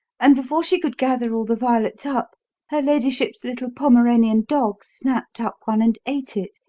and before she could gather all the violets up her ladyship's little pomeranian dog snapped up one and ate it.